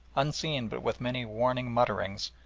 unseen but with many warning mutterings,